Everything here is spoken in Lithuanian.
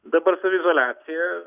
dabar saviizoliacija